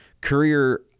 Courier